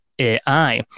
AI